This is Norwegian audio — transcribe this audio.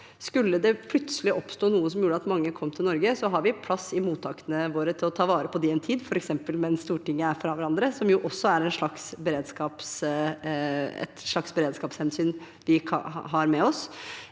Skulle det plutselig oppstå noe som gjør at mange kom til Norge, har vi plass i mottakene våre til å ta vare på dem en tid, f.eks. mens Stortinget er fra hverandre, som jo også er et slags beredskapshensyn vi har med oss.